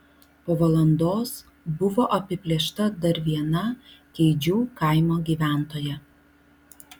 po valandos buvo apiplėšta dar viena keidžių kaimo gyventoja